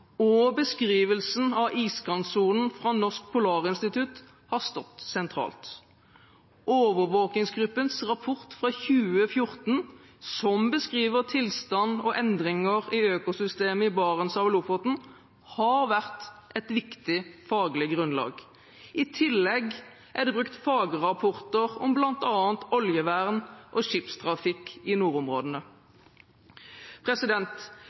og beskrivelsen av iskantsonen fra Norsk Polarinstitutt har stått sentralt. Overvåkingsgruppens rapport fra 2014, som beskriver tilstand og endringer i økosystemet i Barentshavet–Lofoten, har vært et viktig faglig grunnlag. I tillegg er det brukt fagrapporter om bl.a. oljevern og skipstrafikk i nordområdene.